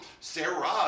Sarah